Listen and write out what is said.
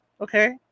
okay